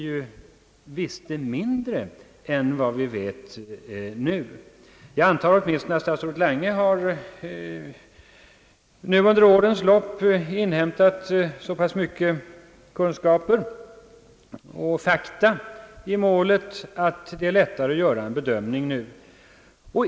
Jag antar att åtminstone statsrådet Lange under årens lopp har inhämtat så pass mycket kunskaper och fakta i målet, att det nu är lättare att göra en bedömning.